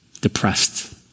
depressed